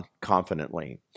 confidently